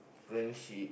friendship